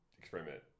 experiment